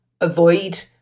avoid